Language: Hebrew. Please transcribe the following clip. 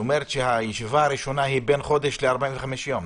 הישיבה הראשונה היא בין חודש ל-45 יום.